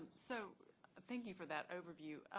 so thank you for that overview.